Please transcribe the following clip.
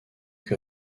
que